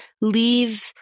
leave